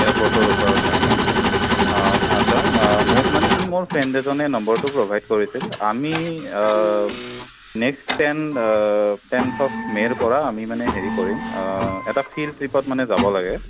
এয়াৰপৰ্টৰ ওচৰত হয় ন অঁ আচ্ছা মোক মানে কি মোৰ ফ্ৰেণ্ড এজনে নম্বৰটো প্ৰভাইদ কৰিছিল আমি নেক্সট টেন টেনথ অফ মে'ৰ পৰা আমি মানে হেৰি কৰিম এটা ফিল্ড ট্ৰিপত মানে যাব লাগে